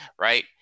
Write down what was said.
right